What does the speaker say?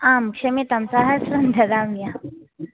आम् क्षम्यतां सहस्रं ददामि अहं